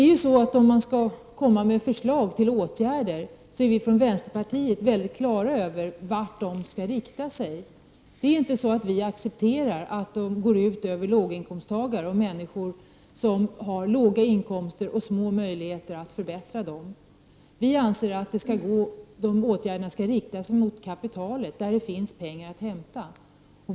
När det gäller att komma med förslag till åtgärder är vi inom vänsterpartiet helt på det klara med vart man skall rikta sig. Vi accepterar inte att åtgärderna går ut över människor som har låga inkomster och små möjligheter att förbättra situationen. Vi anser att åtgärderna skall rikta sig mot kapitalet, där det finns pengar att hämta.